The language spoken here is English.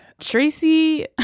Tracy